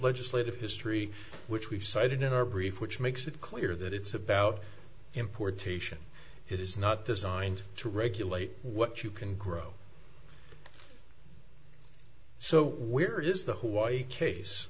legislative history which we've cited in our brief which makes it clear that it's about importation it is not designed to regulate what you can grow so where is the hawaii case